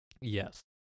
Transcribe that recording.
Yes